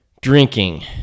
drinking